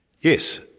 Yes